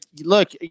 look